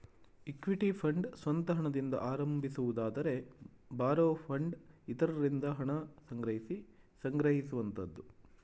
equity fund ಸ್ವಂತ ಹಣದಿಂದ ಆರಂಭಿಸುವುದಾದರೆ ಬಾರೋ ಫಂಡ್ ಇತರರಿಂದ ಹಣ ಸಂಗ್ರಹಿಸಿ ಸಂಗ್ರಹಿಸುವಂತದ್ದು